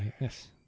yes